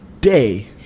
day